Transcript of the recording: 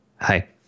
Hi